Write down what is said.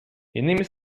иными